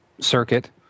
circuit